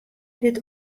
dit